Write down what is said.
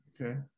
Okay